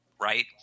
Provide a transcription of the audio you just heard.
right